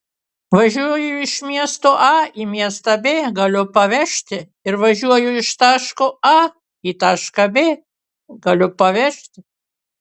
važiuoju iš miesto a į miestą b galiu pavežti ir važiuoju iš taško a į tašką b galiu pavežti